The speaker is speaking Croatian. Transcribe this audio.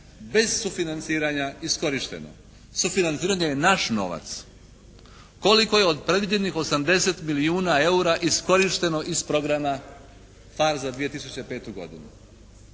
bez sufinanciranja iskorišteno? Sufinanciranje je naš novac. Koliko je od predviđenih 80 milijuna EUR-a iskorišteno iz programa «PHARE» za 2005. godinu?